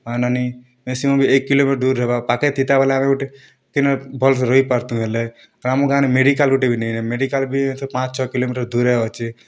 ପାନ୍ ଆନି ମାକ୍ସିମମ୍ ବି ଏକ୍ କିଲୋମିଟର୍ ଦୂର୍ ହେବା ପାଖେ ଥିତା ବୋଲେ ଆମେ ଗୋଟେ କେନେ ଭଲ୍ସେ ରହି ପାର୍ତୁ ହେଲେ ଆର୍ ଆମର୍ ଗାଁରେ ମେଡ଼ିକାଲ୍ ଗୁଟେ ବି ନେଇଁ ନାଁ ମେଡ଼ିକାଲ୍ ବି ସେ ପାଞ୍ଚ ଛଅ କିଲୋମିଟର୍ ଦୂରେ ଅଛେ